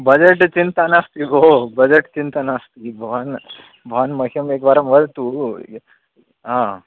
budget चिन्ता नास्ति भोः बद्जट् चिन्ता नास्ति भवान् भवान् मह्यं एकवारं वदतु हा